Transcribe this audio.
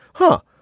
huh?